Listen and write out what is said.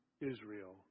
Israel